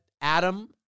Adam